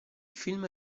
film